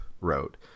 wrote